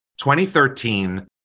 2013